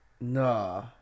nah